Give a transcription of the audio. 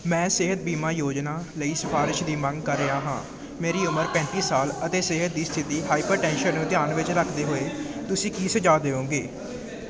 ਮੈਂ ਸਿਹਤ ਬੀਮਾ ਯੋਜਨਾ ਲਈ ਸਿਫਾਰਸ਼ ਦੀ ਮੰਗ ਕਰ ਰਿਹਾ ਹਾਂ ਮੇਰੀ ਉਮਰ ਪੈਂਤੀ ਸਾਲ ਅਤੇ ਸਿਹਤ ਦੀ ਸਥਿਤੀ ਹਾਈਪਰਟੈਂਸ਼ਨ ਨੂੰ ਧਿਆਨ ਵਿੱਚ ਰੱਖਦੇ ਹੋਏ ਤੁਸੀਂ ਕੀ ਸੁਝਾਅ ਦਿਓਗੇ